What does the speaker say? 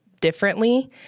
differently